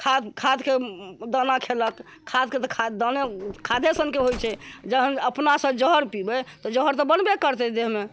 खाद खाद के दाना खेलक खाद के तऽ दाना खादे सनके होइ छै जहन अपना सॅं जहर पीबै तऽ जहर तऽ बनबे करतै देहमे